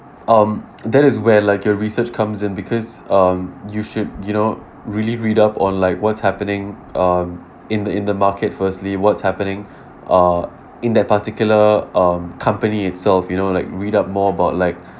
um that is where like your research comes in because um you should you know really read up on like what's happening um in the in the market firstly what's happening uh in that particular um company itself you know like read up more about like